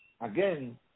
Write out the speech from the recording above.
Again